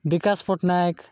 Bikash Patnaik